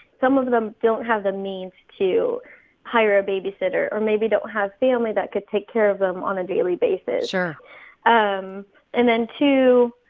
some of them don't have the means to hire a babysitter or maybe don't have family that could take care of them on a daily basis sure um and then two,